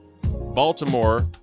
baltimore